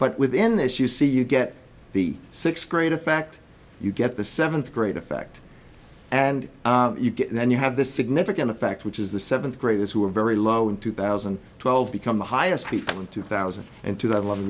but within this you see you get the sixth grade in fact you get the seventh grade effect and then you have this significant effect which is the seventh graders who are very low in two thousand and twelve become the highest people in two thousand and two